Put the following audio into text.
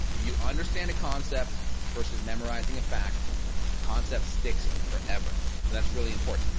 you understand a concept versus memorizing a fact the concept sticks forever. so that's really important.